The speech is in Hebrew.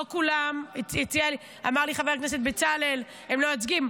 לא כולם, אמר לי חבר הכנסת בצלאל: הם לא מייצגים.